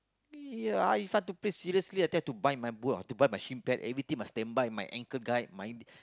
ya If I have to play seriously I think I have to buy my boot I have to buy my shin pad everything must standby my ankle guard